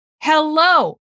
hello